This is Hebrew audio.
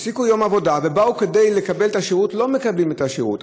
הפסיקו יום עבודה ובאו כדי לקבל את השירות לא מקבלים את השירות.